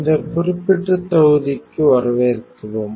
இந்த குறிப்பிட்ட தொகுதிக்கு வரவேற்கிறோம்